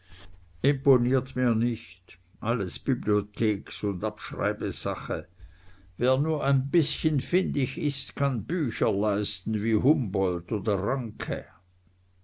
imponiert mir nicht alles bibliotheks und abschreibesache wer nur ein bißchen findig ist kann bücher leisten wie humboldt oder ranke